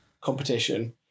competition